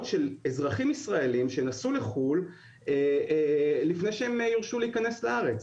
של אזרחים ישראלים שנסעו לחו"ל לפני שהם יורשו להיכנס לארץ.